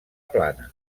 plana